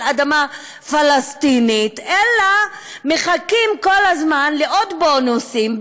אדמה פלסטינית אלא מחכים כל הזמן לעוד בונוסים,